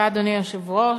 אדוני היושב-ראש,